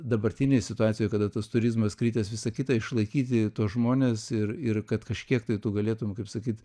dabartinėj situacijoj kada tas turizmas kritęs visa kita išlaikyti tuos žmones ir ir kad kažkiek tai tu galėtum kaip sakyt